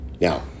Now